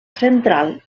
central